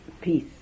peace